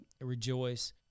rejoice